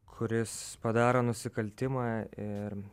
kuris padaro nusikaltimą ir